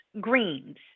greens